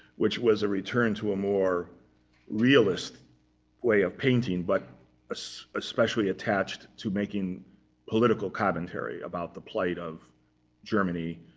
which was a return to a more realist way of painting, but ah so especially attached to making political commentary about the plight of germany,